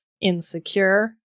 insecure